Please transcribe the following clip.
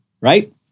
right